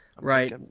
Right